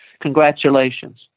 Congratulations